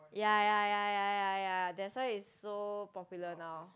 ya ya ya ya ya ya that's why is so popular now